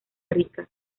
rica